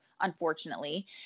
unfortunately